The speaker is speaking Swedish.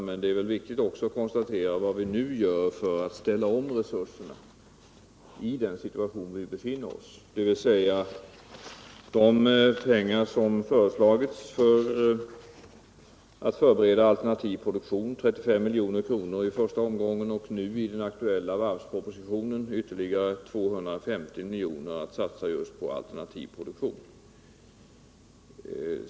Men det är väl också viktigt att konstatera vad vi nu gör för att ställa om resurserna i den situation som vi befinner oss i, dvs. de pengar som föreslagits för att förbereda alternativ produktion, 35 miljoner i första omgången och enligt den aktuella varvspropositionen ytterligare 250 miljoner att satsa just på alternativ produktion.